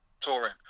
touring